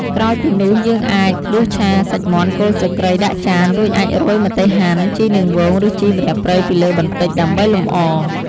ក្រោយពីនោះ យើងអាចដួសឆាសាច់មាន់គល់ស្លឹកគ្រៃដាក់ចាន រួចអាចរោយម្ទេសហាន់ ជីនាងវងឬជីម្រះព្រៅពីលើបន្តិច ដើម្បីលម្អ។